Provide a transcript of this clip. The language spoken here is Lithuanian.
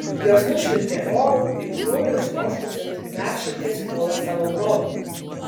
jos nušvilpė oru kaip kraujo ištroškusios medšarkės puola savo grobį